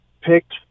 picked